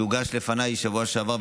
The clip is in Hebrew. שהוגש לפני השבוע שעבר,